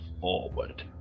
forward